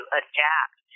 adapt